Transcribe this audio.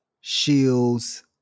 shields